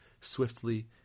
swiftly